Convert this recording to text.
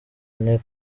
ine